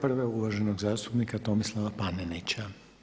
Prav je uvaženog zastupnika Tomislava Panenića.